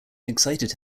excited